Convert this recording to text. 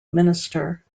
minister